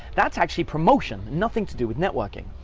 that's actually promotion, nothing to do with networking.